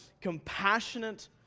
compassionate